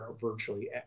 virtually